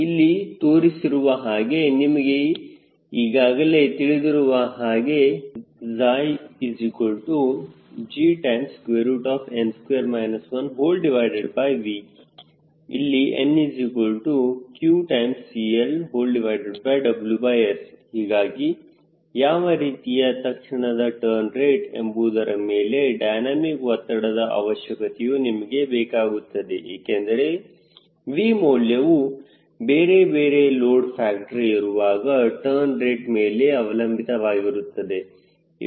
ಇಲ್ಲಿ ತೋರಿಸಿರುವ ಹಾಗೆ ನಿಮಗೆ ಈಗಾಗಲೇ ತಿಳಿದಿರುವ ಹಾಗೆ gn2 1V ಇಲ್ಲಿ nqCLWS ಹೀಗಾಗಿ ಯಾವ ರೀತಿಯ ತಕ್ಷಣದ ಟರ್ನ್ ರೇಟ್ ಎಂಬುವುದರ ಮೇಲೆ ಡೈನಮಿಕ್ ಒತ್ತಡದ ಅವಶ್ಯಕತೆಯು ನಿಮಗೆ ಬೇಕಾಗುತ್ತದೆ ಏಕೆಂದರೆ V ಮೌಲ್ಯವು ಬೇರೆ ಬೇರೆ ಲೋಡ್ ಫ್ಯಾಕ್ಟರ್ ಇರುವಾಗ ಟರ್ನ್ ರೇಟ್ ಮೇಲೆ ಅವಲಂಬಿತವಾಗಿರುತ್ತದೆ